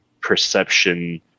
perception